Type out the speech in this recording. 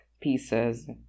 pieces